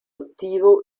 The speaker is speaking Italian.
attivo